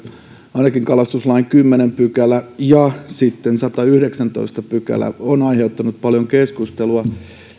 ainakin kalastuslain kymmenes pykälä ja sitten sadasyhdeksästoista pykälä ovat aiheuttaneet paljon keskustelua